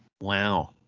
Wow